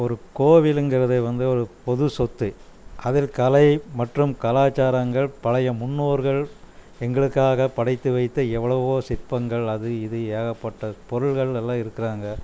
ஒரு கோவிலுங்கறது வந்து ஒரு பொது சொத்து அதில் கலை மற்றும் கலாச்சாரங்கள் பழைய முன்னோர்கள் எங்களுக்காக படைத்து வைத்த எவ்வளவோ சிற்பங்கள் அது இது ஏகப்பட்ட பொருள்கள் எல்லாம் இருக்குறாங்க